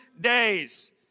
days